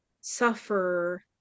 suffer